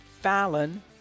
Fallon